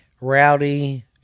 rowdy